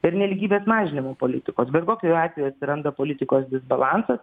ir nelygybės mažinimo politikos bet kokiu atveju atsiranda politikos disbalansas